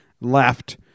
left